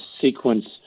sequence